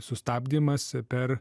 sustabdymas per